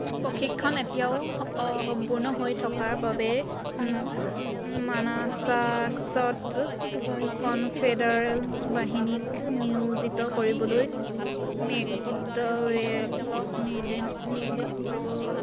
প্ৰশিক্ষণ এতিয়াও অসম্পূৰ্ণ হৈ থকাৰ বাবে মানাছাছত কনফেডাৰেট বাহিনীক নিয়োজিত কৰিবলৈ মেকড'ৱেলক নিৰ্দেশ দিব